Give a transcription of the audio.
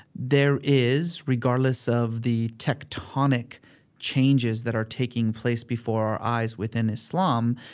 there is, regardless of the tectonic changes that are taking place before our eyes within islam,